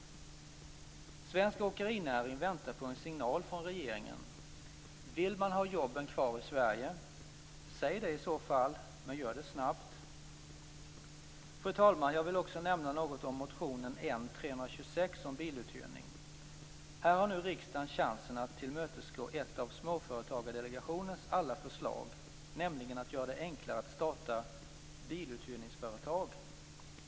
Svensk åkerinäring väntar på en signal från regeringen: Vill man ha jobben kvar i Sverige? Säg det i så fall, men gör det snabbt. Fru talman! Jag vill också nämna något om motion N326, om biluthyrning. Här har nu riksdagen chansen att tillmötesgå ett av Småföretagsdelegationens alla förslag, nämligen att göra det enklare att starta biluthyrningsföretag.